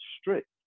strict